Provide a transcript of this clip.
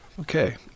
okay